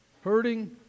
Hurting